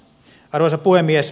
arvoisa puhemies